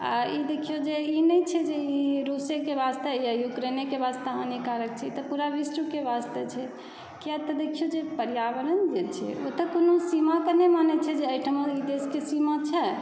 आओर ई देखिऔ जे ई नहि छै जे ई रुसेके वास्ते या यूक्रेनेके वास्ते हानिकारक छै ई तऽ पुरा विश्वके वास्ते छै कियातऽ देखिऔ जे पर्यावरण जे छै ओ तऽ कोनो सीमा तऽ नहि मानै छै जे एहिठाम एहि देशके सीमा छै